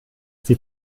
sie